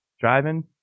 driving